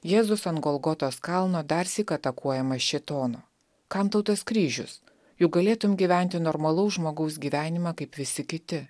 jėzus ant golgotos kalno darsyk atakuojamas šėtono kam tau tas kryžius juk galėtum gyventi normalaus žmogaus gyvenimą kaip visi kiti